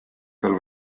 peal